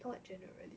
not generally